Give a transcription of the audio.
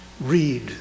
read